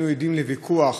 היינו עדים לוויכוח